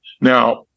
Now